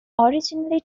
originally